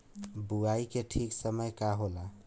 बुआई के ठीक समय का होला?